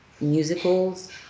musicals